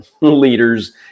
leaders